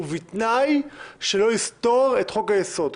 ובתנאי שלא יסתור את חוק היסוד.